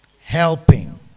Helping